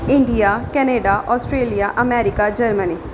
India Canada Australia America Germany